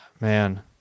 Man